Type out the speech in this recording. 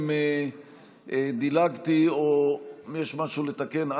אם דילגתי או יש משהו לתקן,